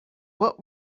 what